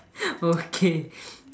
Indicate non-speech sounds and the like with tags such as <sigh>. <laughs> okay